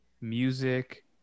music